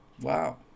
Wow